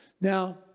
Now